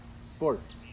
sports